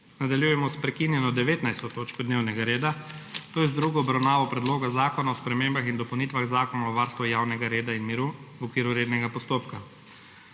**Nadaljujemo prekinjeno 19. točko dnevnega reda, to je druga obravnava Predloga zakona o spremembah in dopolnitvah Zakona o varstvu javnega reda in miru po rednem postopku.**